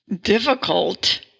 difficult